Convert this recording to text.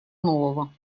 нового